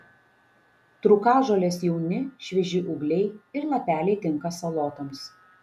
trūkažolės jauni švieži ūgliai ir lapeliai tinka salotoms